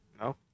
No